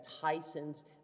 Tyson's